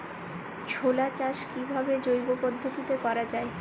ছোলা চাষ কিভাবে জৈব পদ্ধতিতে করা যায়?